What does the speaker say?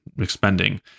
expending